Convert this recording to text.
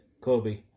Kobe